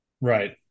right